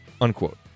Unquote